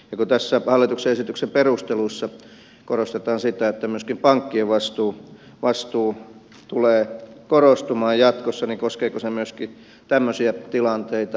kun tässä hallituksen esityksen perusteluissa korostetaan sitä että myöskin pankkien vastuu tulee korostumaan jatkossa niin koskeeko se myöskin tämmöisiä tilanteita